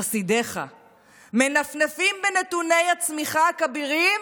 חסידיך מנפנפים בנתוני הצמיחה הכבירים